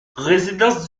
résidence